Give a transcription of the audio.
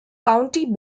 county